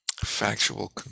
Factual